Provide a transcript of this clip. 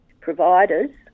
providers